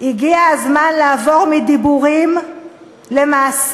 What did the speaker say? הגיע הזמן לעבור מדיבורים למעשים.